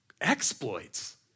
exploits